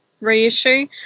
reissue